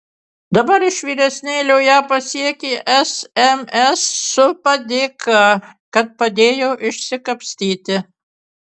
dabar iš vyresnėlio ją pasiekią sms su padėka kad padėjo išsikapstyti